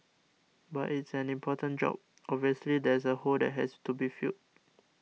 but it's an important job obviously there's a hole that has to be filled